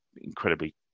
incredibly